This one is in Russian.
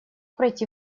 пройти